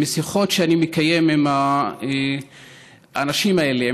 משיחות שאני מקיים עם האנשים האלה,